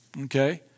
okay